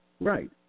Right